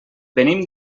venim